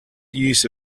use